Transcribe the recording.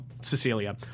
Cecilia